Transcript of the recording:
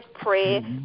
pray